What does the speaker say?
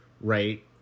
right